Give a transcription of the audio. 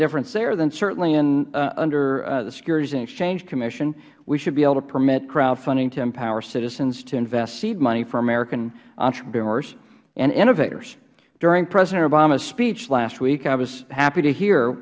difference there then certainly under the securities and exchange commission we should be able it permit crowdfunding to empower citizens to invest seed money for american entrepreneurs and innovators during president obama's speech last week i was happy to hear